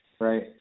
right